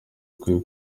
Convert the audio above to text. ukwiye